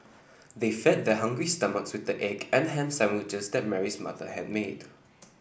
they fed their hungry stomachs with the egg and ham sandwiches that Mary's mother had made